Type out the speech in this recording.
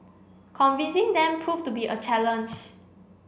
convincing them proved to be a challenge